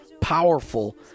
powerful